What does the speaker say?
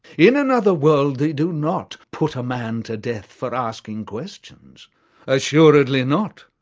in another world they do not put a man to death for asking questions assuredly not.